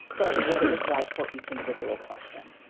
but what it was like for each individual question.